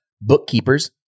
bookkeepers